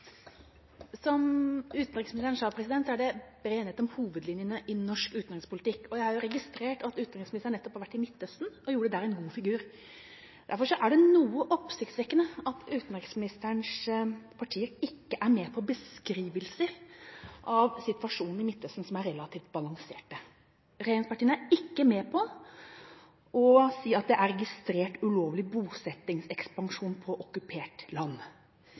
Som utenriksministeren sa, er det bred enighet om hovedlinjene i norsk utenrikspolitikk. Jeg har registrert at utenriksministeren nettopp har vært i Midtøsten, og at han der gjorde en god figur. Derfor er det noe oppsiktsvekkende at regjeringspartiene ikke er med på beskrivelser av situasjonen i Midtøsten som er relativt balanserte. Regjeringspartiene er ikke med på å si at det er registrert ulovlig bosettingsekspansjon «på okkupert land».